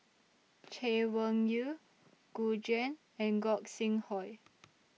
Chay Weng Yew Gu Juan and Gog Sing Hooi